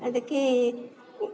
ಅದಕ್ಕೆ